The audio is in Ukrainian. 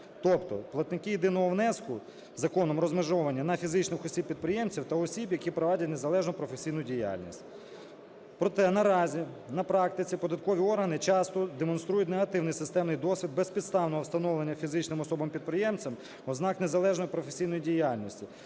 Тобто платники єдиного внеску законом розмежовані на фізичних осіб-підприємців та осіб, які провадять незалежну професійну діяльність. Проте наразі на практиці податкові органи часто демонструють негативний системний досвід безпідставного встановлення фізичним особам-підприємцям ознак незалежної професійної діяльності